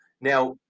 Now